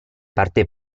parte